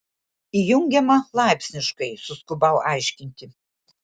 įjungiama laipsniškai suskubau aiškinti